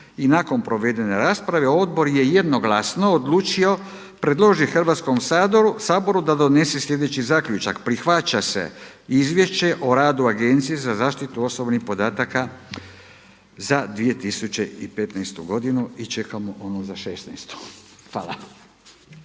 I nakon provedene rasprave Odbor je jednoglasno odlučio predložiti Hrvatskom saboru da donese sljedeći zaključak: prihvaća se Izvješće o radu Agencije za zaštitu osobnih podataka za 2015. godinu i čekamo ono za 16. Hvala.